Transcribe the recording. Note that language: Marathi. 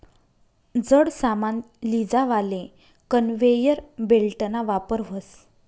जड सामान लीजावाले कन्वेयर बेल्टना वापर व्हस